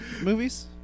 movies